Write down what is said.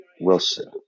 Wilson